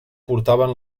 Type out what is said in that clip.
portaven